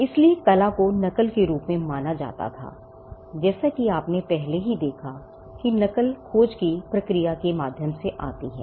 इसलिए कला को नकल के रूप में माना जाता था जैसा कि आपने पहले ही देखा था कि नकल खोज की प्रक्रिया के माध्यम से आती है